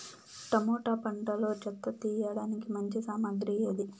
Tomato పంటలో చెత్త తీయడానికి మంచి సామగ్రి ఏది?